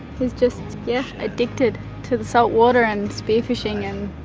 he's just addicted to the salt water, and spear fishing, and